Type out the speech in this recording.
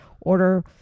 order